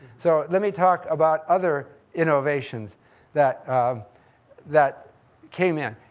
so let me talk about other innovations that that came in.